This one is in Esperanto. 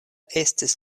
estis